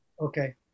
okay